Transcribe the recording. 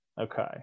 Okay